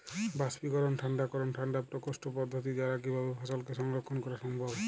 বাষ্পীকরন ঠান্ডা করণ ঠান্ডা প্রকোষ্ঠ পদ্ধতির দ্বারা কিভাবে ফসলকে সংরক্ষণ করা সম্ভব?